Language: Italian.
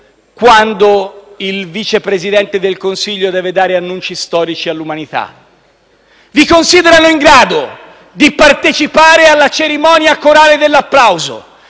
quando il Vice Presidente del Consiglio deve dare annunci storici all'umanità e partecipare alla cerimonia corale dell'applauso,